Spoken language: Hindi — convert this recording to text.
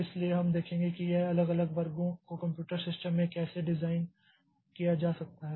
इसलिए हम देखेंगे कि यह अलग अलग वर्गों को कंप्यूटर सिस्टम में कैसे डिज़ाइन किया जा सकता है